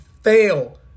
fail